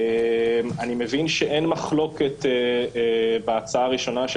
אני מבין שאין מחלוקת בהצעה הראשונה של